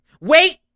Wait